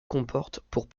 comportements